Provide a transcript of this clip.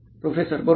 professor बरोबर